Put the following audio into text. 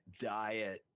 diet